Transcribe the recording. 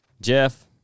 jeff